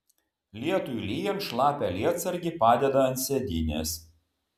lietui lyjant šlapią lietsargį padeda ant sėdynės